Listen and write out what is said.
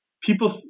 people